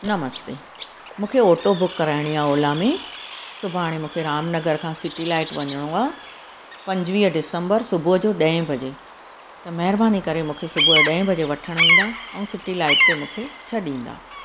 नमस्ते मूंखे auto book कराइणी आहे ओला में सुभाणे मूंखे रामनगर खां सिटीलाइट वञिणो आहे पंजवीह डिसेंबर सुबुह जो ॾहें बजे त महिरबानी करे मूंखे सुबुह जो ॾहें बजे वठणु ईंदा ऐं सिटीलाइट ते मूंखे छ्ॾींदा